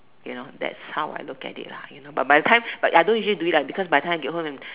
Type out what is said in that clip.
you know that's how I look at it lah you know but by the time but ya I don't usually don't it lah because by the time get home and